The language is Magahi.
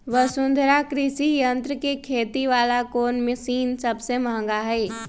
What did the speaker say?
वसुंधरा कृषि यंत्र के खेती वाला कोन मशीन सबसे महंगा हई?